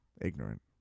ignorant